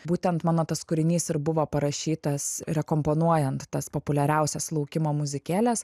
būtent mano tas kūrinys ir buvo parašytas rekomponuojant tas populiariausias laukimo muzikėles